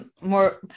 more